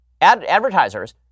Advertisers